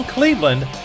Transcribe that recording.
Cleveland